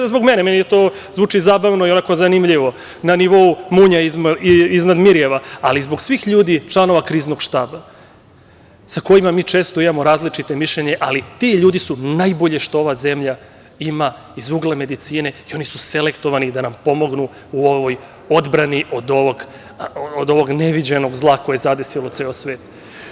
Ne zbog mene, meni to zvuči zabavno i onako zanimljivo, na nivou „Munja iznad Mirjeva“, ali zbog svih ljudi članova Kriznog štaba, sa kojima mi često imamo različita mišljenja, ali ti ljudi su najbolje što ova zemlja ima iz ugla medicine, i oni su selektovani da nam pomognu u ovoj odbrani od ovog neviđenog zla koje je zadesilo ceo svet.